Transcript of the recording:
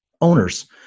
owners